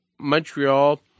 Montreal